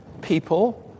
people